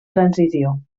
transició